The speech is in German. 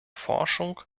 forschung